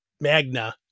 Magna